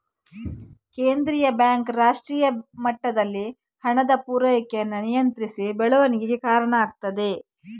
ಕೇಂದ್ರೀಯ ಬ್ಯಾಂಕ್ ರಾಷ್ಟ್ರೀಯ ಮಟ್ಟದಲ್ಲಿ ಹಣದ ಪೂರೈಕೆಯನ್ನ ನಿಯಂತ್ರಿಸಿ ಬೆಳವಣಿಗೆಗೆ ಕಾರಣ ಆಗ್ತದೆ